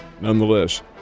nonetheless